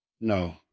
No